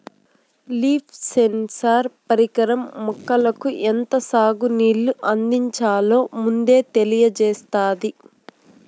leaf sensor పరికరం మొక్కలకు ఎంత సాగు నీళ్ళు అందించాలో ముందే తెలియచేత్తాది